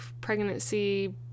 pregnancy